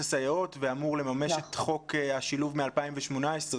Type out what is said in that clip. הסייעות ואמור לממש את חוק השילוב מ2018.